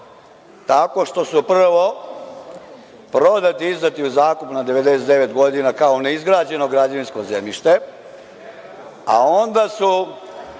tako što su prvo prodati, izdati u zakup na 99 godina, kao ne izgrađeno građevinsko zemljište, a onda su